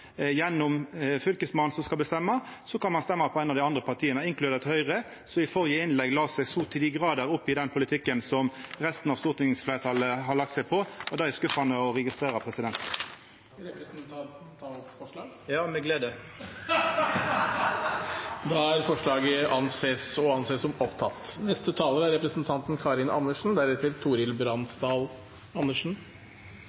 gjennom at det er Fylkesmannen som skal bestemma, kan ein stemma på eit av dei andre partia, inkludert Høgre, som i førre innlegg la seg så til dei grader opp til den politikken som resten av stortingsfleirtalet har lagt seg på, og det er skuffande å registrera. Skal representanten ta opp forslag? Ja, med glede!